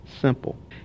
simple